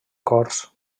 cors